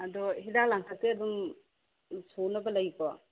ꯑꯗꯣ ꯍꯤꯗꯥꯛ ꯂꯥꯡꯊꯛꯇꯤ ꯑꯗꯨꯝ ꯁꯨꯅꯕ ꯂꯩꯀꯣ